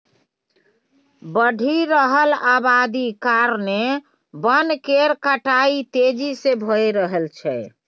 बढ़ि रहल अबादी कारणेँ बन केर कटाई तेजी से भए रहल छै